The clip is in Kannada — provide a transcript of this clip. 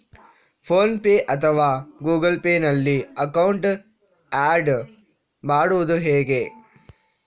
ಫೋನ್ ಪೇ ಅಥವಾ ಗೂಗಲ್ ಪೇ ನಲ್ಲಿ ಅಕೌಂಟ್ ಆಡ್ ಮಾಡುವುದು ಹೇಗೆ?